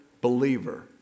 believer